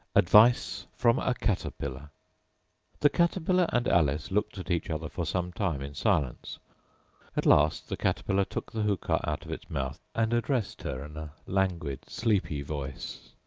advice from a caterpillar the caterpillar and alice looked at each other for some time in silence at last the caterpillar took the hookah out of its mouth, and addressed her in a languid, sleepy voice.